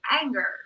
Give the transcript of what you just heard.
anger